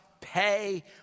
pay